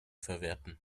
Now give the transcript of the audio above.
verwerten